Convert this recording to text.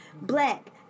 black